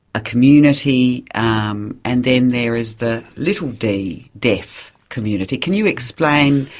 a community um and then there is the little d deaf community. can you explain,